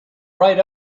right